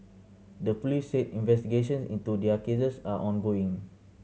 the police said investigations into their cases are ongoing